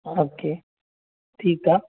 okay ठीकु आहे